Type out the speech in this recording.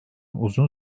uzun